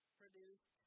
produced